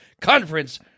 conference